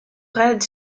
raid